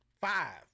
five